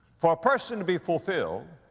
for a person to be fulfilled,